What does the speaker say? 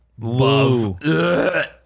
Love